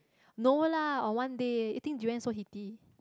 no lah or one day eating durian so heaty